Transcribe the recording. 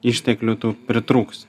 išteklių tų pritrūks